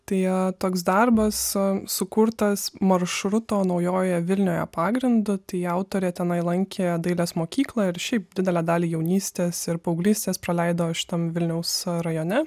tai ją toks darbas em sukurtas maršruto naujojoje vilnioje pagrindu autorė tenai lankė dailės mokyklą ir šiaip didelę dalį jaunystės ir paauglystės praleido šitam vilniaus rajone